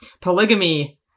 polygamy